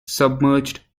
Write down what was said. submerged